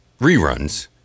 reruns